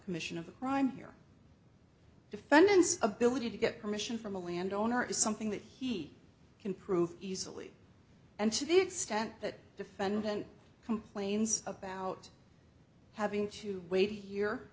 commission of a crime here defendant's ability to get permission from a landowner is something that he can prove easily and to the extent that defendant complains about having to wait a year